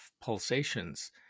pulsations